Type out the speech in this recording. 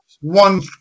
One